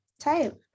Type